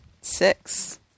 Six